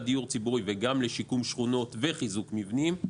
דיור ציבורי וגם לשיקום שכונות וחיזוק מבנים,